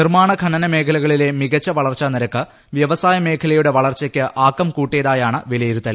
നിർമാണ ഖനന മേഖലകളിലെ മികച്ച വളർച്ചാനിരക്ക് വൃവസായ മേഖലയുടെ വളർച്ചയ്ക്ക് ആക്കം കൂട്ടിയതായാണ് വിലയിരുത്തൽ